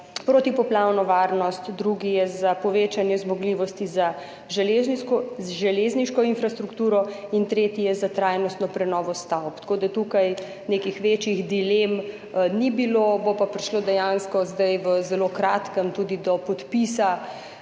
protipoplavno varnost, drugi je za povečanje zmogljivosti za železniško infrastrukturo in tretji je za trajnostno prenovo stavb. Tako da tukaj nekih večjih dilem ni bilo, bo pa prišlo dejansko zdaj v zelo kratkem tudi do podpisa